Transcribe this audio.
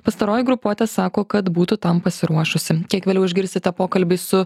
pastaroji grupuotė sako kad būtų tam pasiruošusi kiek vėliau išgirsite pokalbį su